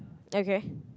okay